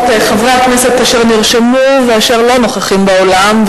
חברי הכנסת אשר נרשמו ואשר לא נוכחים באולם,